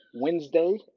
Wednesday